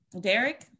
Derek